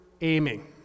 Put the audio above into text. aiming